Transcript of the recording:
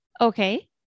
Okay